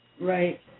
Right